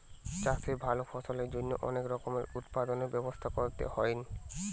চাষে ভালো ফলনের জন্য অনেক রকমের উৎপাদনের ব্যবস্থা করতে হইন